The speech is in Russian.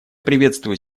приветствую